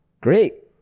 great